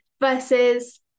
versus